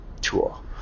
tool